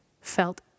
felt